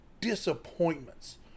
disappointments